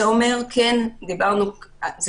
זה אומר: כן, אנחנו רוצים אותך.